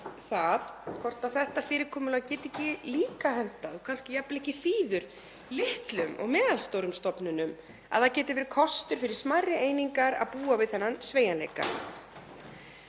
að skoða hvort þetta fyrirkomulag geti ekki líka hentað, og kannski jafnvel ekki síður, litlum og meðalstórum stofnunum, að það geti verið kostur fyrir smærri einingar að búa við þennan sveigjanleika.